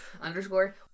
underscore